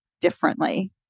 differently